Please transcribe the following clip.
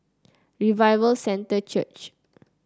Revival Centre Church